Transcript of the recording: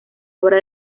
obra